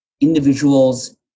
individuals